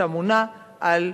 שאמונה על,